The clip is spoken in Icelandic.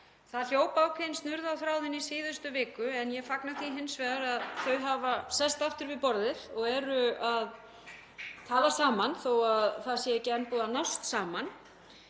Það hljóp ákveðin snurða á þráðinn í síðustu viku en ég fagna því hins vegar að þau hafi sest aftur við borðið og eru að tala saman þó að það sé ekki enn búið að ná saman.